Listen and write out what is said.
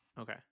Okay